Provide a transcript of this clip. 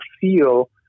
feel